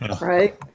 right